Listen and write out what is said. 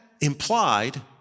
implied